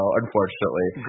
unfortunately